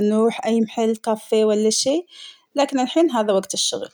نروح أي محل كافيه ولا شي ،لكن الحين هذا وقت الشغل.